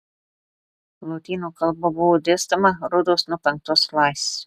lotynų kalba buvo dėstoma rodos nuo penktos klasės